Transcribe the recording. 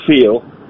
feel